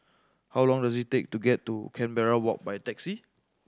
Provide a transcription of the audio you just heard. how long does it take to get to Canberra Walk by taxi